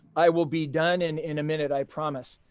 i will be done in in a minute. i promise.